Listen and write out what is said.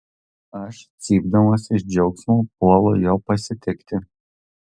aš cypdamas iš džiaugsmo puolu jo pasitikti